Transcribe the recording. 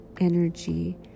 energy